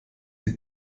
die